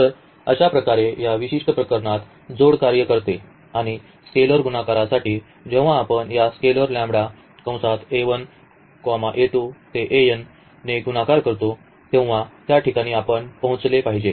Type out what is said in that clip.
तर अशाच प्रकारे या विशिष्ट प्रकरणात जोड कार्य करते आणि स्केलर गुणाकारासाठी जेव्हा आपण या स्केलर ने गुणाकार करतो तेव्हा त्या ठिकाणी आपण पोहोचले पाहिजे